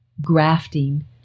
grafting